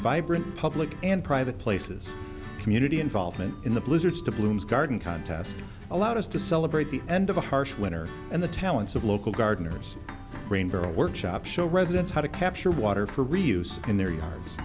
vibrant public and private places community involvement in the blizzards to bloom's garden contest allowed us to celebrate the end of a harsh winter and the talents of local gardeners dreamgirl workshop show residents how to capture water for reuse in their yards